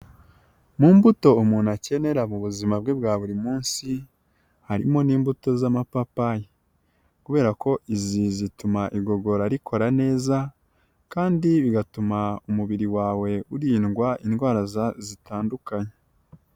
Mu mbuto umuntu akenera mu buzima bwe bwa buri munsi harimo n'imbuto z'amapapayi, kubera ko izi zituma igogora rikora neza kandi bigatuma umubiri wawe uririndwa indwara zitandukanye.